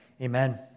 amen